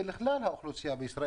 אבל גם לכלל החברה בישראל,